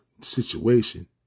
situation